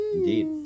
Indeed